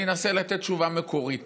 ואני אנסה לתת תשובה מקורית